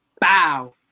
Bow